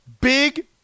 Big